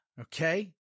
Okay